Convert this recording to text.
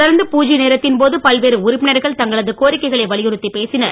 தொடர்ந்து பூஜ்ஜிய நேரத்தின்போது பல்வேறு உறுப்பினர்கள் தங்களது கோரிக்கைகளை வலியுறுத்தி பேசினர்